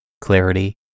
clarity